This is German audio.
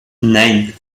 nein